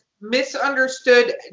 misunderstood